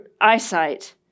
eyesight